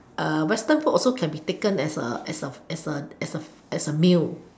western food can also be taken as a as a as a as a meal